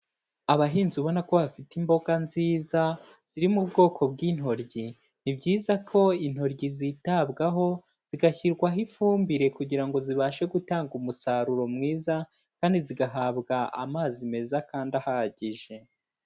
Abahinzi ubona ko bafite imboga nziza ziri mu bwoko bw'intoryi. Ni byiza ko intoryi zitabwaho zigashyirwaho ifumbire kugira ngo zibashe gutanga umusaruro mwiza kandi zigahabwa amazi meza kandi ahagije.